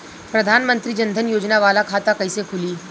प्रधान मंत्री जन धन योजना वाला खाता कईसे खुली?